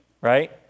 right